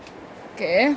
okay